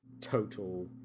total